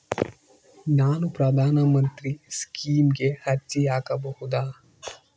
ನಾನು ಪ್ರಧಾನ ಮಂತ್ರಿ ಸ್ಕೇಮಿಗೆ ಅರ್ಜಿ ಹಾಕಬಹುದಾ?